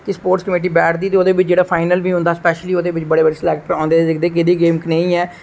ते sport committee बैठदी ते ओहदे बिच जेहड़ा फाइनल बी होंदा स्पेशली ओहदे बिच बडे़ बडे़ स्लेक्टर आंदे ते दिक्खदे कि केहदी गेम कनेही ऐ